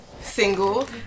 single